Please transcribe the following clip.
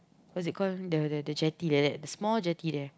what's it call the the jetty like that the small jetty there